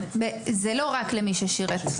זה לא רק למי ששירת.